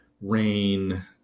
rain